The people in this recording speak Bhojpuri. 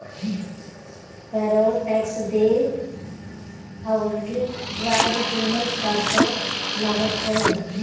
पेरोल टेक्स देस अउरी राज्य दूनो स्तर पर लागत हवे